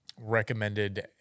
recommended